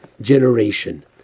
generation